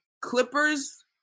Clippers